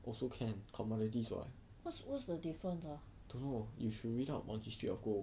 what's what's the difference ah